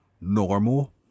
normal